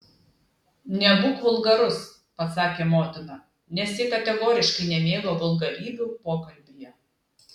nebūk vulgarus pasakė motina nes ji kategoriškai nemėgo vulgarybių pokalbyje